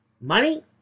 money